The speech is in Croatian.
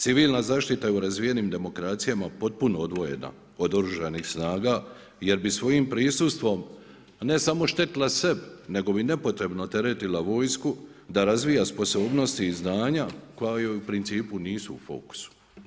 Civilna zaštita je u razvijenim demokracijama potpuno odvojena od Oružanih snaga, jer bi svojim prisustvom ne samo štetila sebi, nego bi nepotrebno teretila vojsku da razvija sposobnosti i znanja koja joj u principu nisu u fokusu.